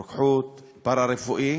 רוקחות, פארה-רפואי.